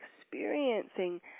experiencing